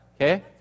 Okay